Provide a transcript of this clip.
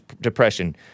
depression